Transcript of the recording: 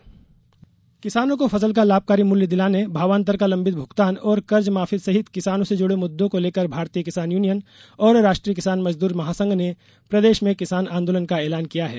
किसान आंदोलन किसानों को फसल का लाभकारी मूल्य दिलाने भावांतर का लंबित भुगतान और कर्जमाफी सहित किसानों से जुड़े मुद्दों को लेकर भारतीय किसान यूनियन और राष्ट्रीय किसान मजदूर महासंघ ने प्रदेश में किसान आंदोलन का एलान किया है